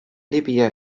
libya